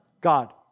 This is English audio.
God